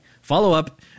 Follow-up